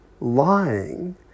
lying